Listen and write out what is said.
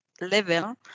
level